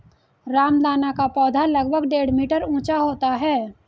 रामदाना का पौधा लगभग डेढ़ मीटर ऊंचा होता है